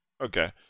Okay